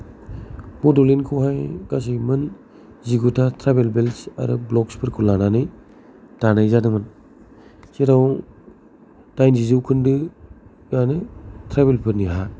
बड'लेण्डखौ हाय गासै मोन जिगुथा ट्राइबेल बेल्ट आरो ब्लक्स फोरखौ लानानै दानाय जादोंमोन जेराव दाइनजि जौखोन्दोआनो ट्राइबेल फोरनि हा